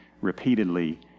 repeatedly